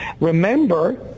Remember